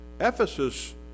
Ephesus